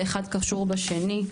האחד קשור בשני.